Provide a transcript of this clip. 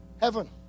heaven